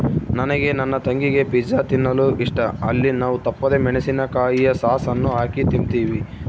ನನಗೆ ನನ್ನ ತಂಗಿಗೆ ಪಿಜ್ಜಾ ತಿನ್ನಲು ಇಷ್ಟ, ಅಲ್ಲಿ ನಾವು ತಪ್ಪದೆ ಮೆಣಿಸಿನಕಾಯಿಯ ಸಾಸ್ ಅನ್ನು ಹಾಕಿ ತಿಂಬ್ತೀವಿ